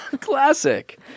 Classic